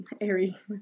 Aries